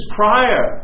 prior